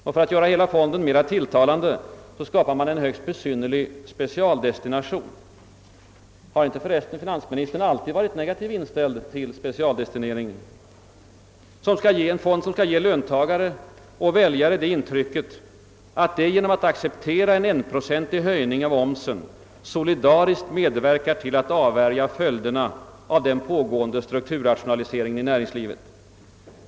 Och för att göra hela fonden tilltalande skapar man en högst besynnerlig specialdestination — har finansministern för övrigt inte alltid varit negativt inställd till specialdestinering? — som skall ge löntagare och väljare det intrycket, att de genom att acceptera en enprocentig höjning av omsen solidariskt medverkar till att avvärja följderna av den pågående strukturrationaliseringen i näringslivet.